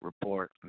Report